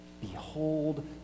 Behold